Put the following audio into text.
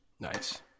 Nice